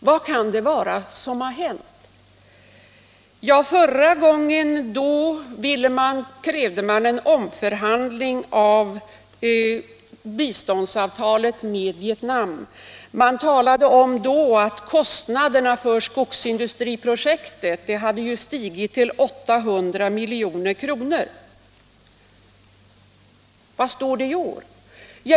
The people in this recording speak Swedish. Vad kan det vara som har hänt? Förra gången krävde man en omförhandling om biståndsavtalet med Vietnam. Man talade då om att kostnaderna för skogsindustriprojektet hade stigit till 800 milj.kr. Vad står det i år?